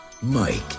Mike